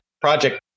project